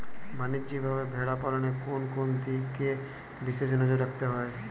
বাণিজ্যিকভাবে ভেড়া পালনে কোন কোন দিকে বিশেষ নজর রাখতে হয়?